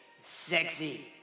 Sexy